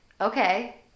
okay